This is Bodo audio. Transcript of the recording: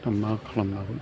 दा मा खालामनांगौ